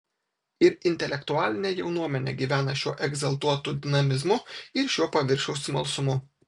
ir intelektualinė jaunuomenė gyvena šiuo egzaltuotu dinamizmu ir šiuo paviršiaus smalsumu